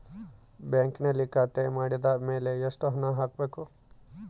ಬ್ಯಾಂಕಿನಲ್ಲಿ ಖಾತೆ ಮಾಡಿದ ಮೇಲೆ ಎಷ್ಟು ಹಣ ಹಾಕಬೇಕು?